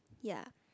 ya